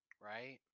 Right